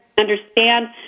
understand